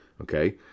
Okay